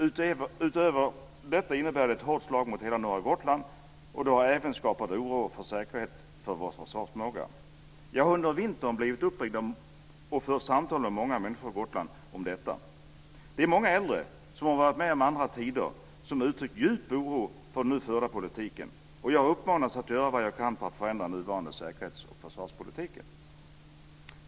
Utöver att detta innebär ett hårt slag mot hela norra Gotland har förslaget även skapat oro för vår säkerhet och vår försvarsförmåga. Jag har under vintern blivit uppringd av och fört samtal med många människor på Gotland om detta. Det är många äldre som varit med om andra tider och som uttryckt djup oro för den nu förda politiken. Jag har uppmanats att göra vad jag kan för att förändra den nuvarande säkerhets och försvarspolitiken.